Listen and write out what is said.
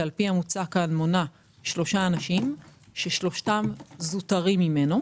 ועל פי המוצע כאן מונה שלושה אנשים ושלושתם זוטרים ממנו.